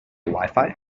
wifi